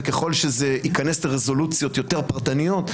וככל שזה ייכנס לרזולוציות יותר פרטניות,